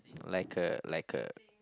like uh like uh